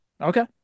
Okay